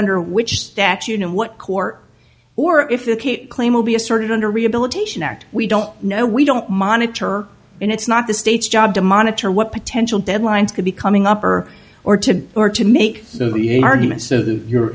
under which statute and what court or if the cape claim will be asserted under rehabilitation act we don't know we don't monitor and it's not the state's job to monitor what potential deadlines could be coming up or or to